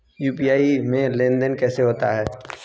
UPI में लेनदेन कैसे होता है?